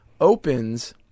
opens